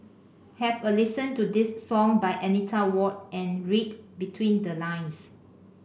have a listen to this song by Anita Ward and read between the lines